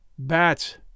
Bats